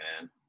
man